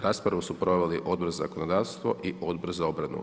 Raspravu su proveli Odbor za zakonodavstvo i Odbor za obranu.